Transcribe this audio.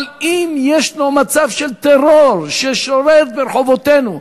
אבל אם ישנו מצב של טרור ששולט ברחובותינו,